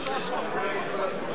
ההצעה להסיר